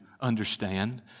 understand